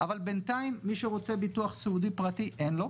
אבל בינתיים מי שרוצה ביטוח סיעודי פרטי, אין לו.